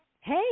hey